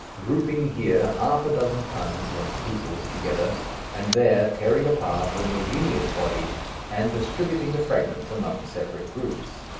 grouping here half a dozen tongues and peoples together and there tearing apart homogeneous bodies and distributing the fragments among separate groups.